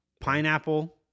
pineapple